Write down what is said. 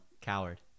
Coward